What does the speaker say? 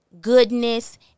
goodness